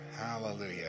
hallelujah